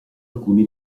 alcuni